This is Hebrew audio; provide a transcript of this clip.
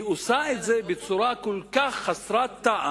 היא עושה את זה בצורה כל כך חסרת טעם.